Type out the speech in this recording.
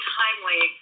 timely